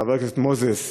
חבר הכנסת מוזס,